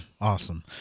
awesome